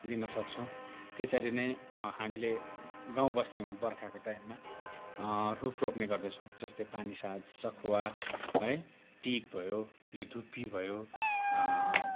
लिनसक्छौँ त्यसरी नै हामीले गाउँबस्तीमा बर्खाको टाइममा रुख रोप्ने गर्दैछौँ जस्तै पानीसाज सखुवा है टिक भयो यो धुप्पी भयो